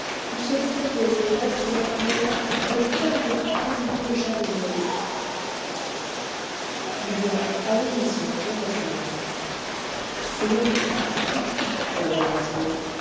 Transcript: où se décomposent les restes mortels de tant de victimes déjà immolées dubois avait mis son front dans sa main cela explique tout murmura-t-il